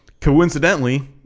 coincidentally